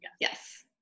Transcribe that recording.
Yes